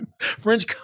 French